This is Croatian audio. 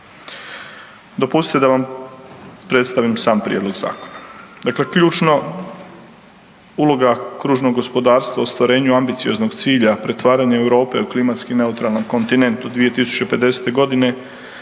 Dopustite da vam predstavim sam prijedlog zakona. Dakle, ključno uloga kružnog gospodarstva u ostvarenju ambicioznog cilja pretvaranje Europe u klimatski neutralnom kontinentu 2050.g.